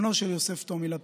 בנו של יוסף טומי לפיד,